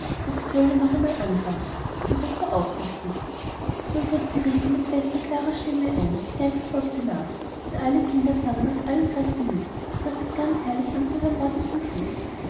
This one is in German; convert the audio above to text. jetzt wollen wir noch einmal anfangen und daß du aufpassest rico nun setzte rico mit fester klarer stimme ein und die geige folgte nach und alle kinder sangen aus allen kräften mit so daß es ganz herrlich anzuhören war bis zum schluß